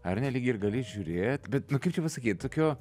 ar ne lyg ir gali žiūrėt bet nu kaip čia pasakyt tokio